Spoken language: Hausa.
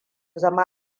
zama